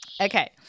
Okay